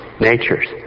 natures